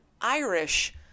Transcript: Irish